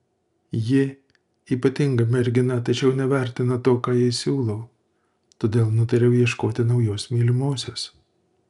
ji ypatinga mergina tačiau nevertina to ką jai siūlau todėl nutariau ieškoti naujos mylimosios